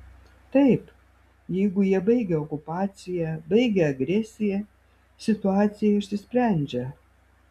taip jeigu jie baigia okupaciją baigia agresiją situacija išsisprendžia